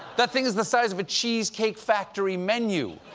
that thing is the size of a cheesecake factory menu!